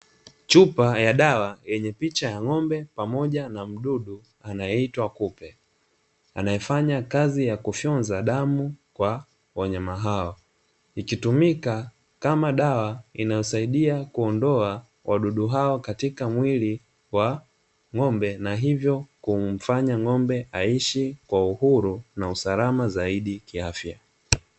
Chupa ya dawa yenye picha ya ng’ombe pamoja na mdudu anayeitwa kupe, anayefanya kazi ya kufyonza damu, kwa wanyama hawa, ikitumika kama dawa inayosaidia kuondoa wadudu hawa katika mwili wa ng’ombe na hivyo kumfanya ng’ombe aishi kwa uhuru na usalama zaidi kiafya.